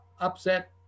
upset